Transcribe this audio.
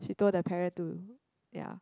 she told the parent to ya